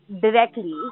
directly